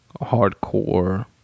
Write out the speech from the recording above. hardcore